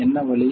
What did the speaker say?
என்ன வழி